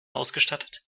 ausgestattet